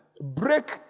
break